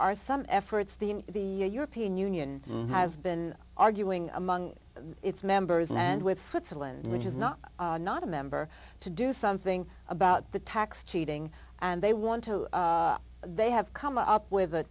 are some efforts the european union has been arguing among its members and with switzerland which is not not a member to do something about the tax cheating and they want to they have come up with a